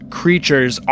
creatures